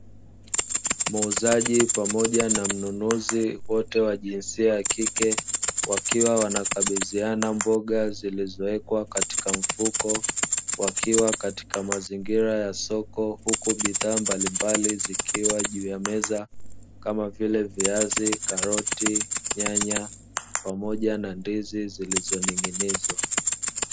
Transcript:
Muuzaji pamoja na mnunuzi wote wa jinsia ya kike wakiwa wanakabidhiana mboga zilizowekwa katika mfuko, wakiwa katika mazingira ya soko huku bidhaa mbalimbali zikiwa juu ya meza kama vile: viazi, karoti, nyanya, pamoja na ndizi zilizoning'inizwa.